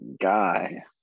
guy –